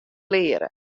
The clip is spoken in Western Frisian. leare